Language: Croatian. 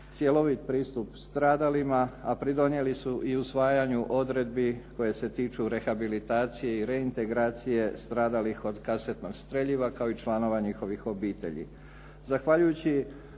cjelovit pristup stradalima, a pridonijeli su i usvajanju odredbi koje se tiču rehabilitacije i reintegracije stradalih od kazetnog streljiva, kao i članova njihovih obitelji.